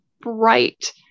bright